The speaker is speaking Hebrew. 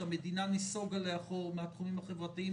המדינה נסוגה לאחור מהתחומים החברתיים